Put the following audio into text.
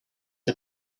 are